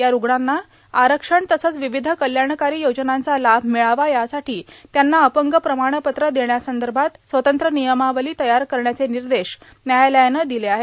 या रूग्णांना आरक्षण तसंच विविध कल्याणकारी योजनांचा लाभ मिळावा यासाठी त्यांना अपंग प्रमाणपत्र देण्यासंदर्भात स्वतंत्र नियमावली तयार करण्याचे निर्देश व्यायालयानं दिले आहेत